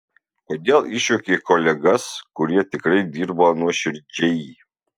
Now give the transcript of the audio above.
kodėl išjuokei kolegas kurie tikrai dirba nuoširdžiai